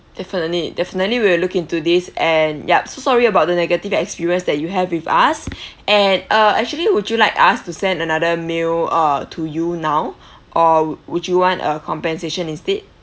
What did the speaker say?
definitely definitely we will look into this and yup so sorry about the negative experience that you have with us and uh actually would you like us to send another meal uh to you now or wou~ would you want a compensation instead